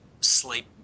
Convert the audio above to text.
sleep